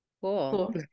Cool